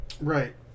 right